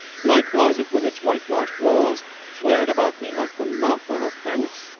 my closet, with its whitewashed walls flared about me like the mouth of a furnace.